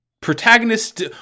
Protagonist